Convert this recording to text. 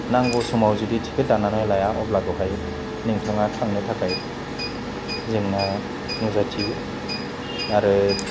नांगौ समाव जुदि थिकिट दाननानै लाया अब्ला बावहाय नोंथाङा थांनो थाखाय जेंना नुजाथियो आरो